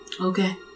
Okay